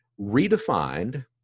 redefined